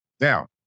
Now